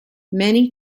many